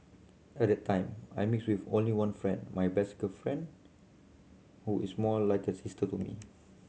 at the time I mixed with only one friend my best girlfriend who is more like a sister to me